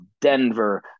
Denver